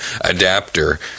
adapter